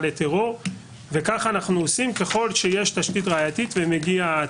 לטרור וככה אנחנו עושים ככל שיש תשתית ראייתית ונגיעה.